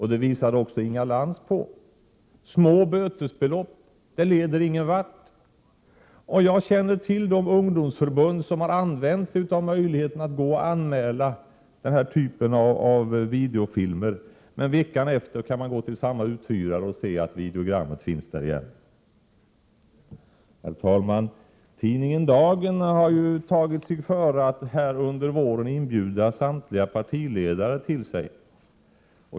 Det påvisade också Inga Lantz. Små bötesbelopp leder ingen vart. Jag känner till de ungdomsförbund som har använt sig av möjligheten att anmäla den här typen av videofilmer. Men veckan efteråt kunde man gå tillbaka till samma filmuthyrare och konstatera att filmen fanns där igen. Herr talman! Tidningen Dagen har tagit sig för att under våren inbjuda samtliga partiledare till sig.